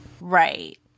Right